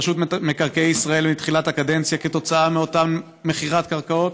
1. מה היו הכנסות רשות מקרקעי ישראל מתחילת הקדנציה מאותה מכירת קרקעות?